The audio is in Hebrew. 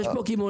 יש פה קמעונאים.